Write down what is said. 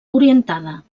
orientada